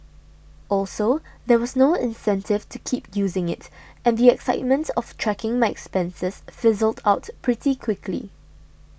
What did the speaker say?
also there was no incentive to keep using it and the excitement of tracking my expenses fizzled out pretty quickly